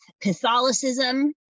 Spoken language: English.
Catholicism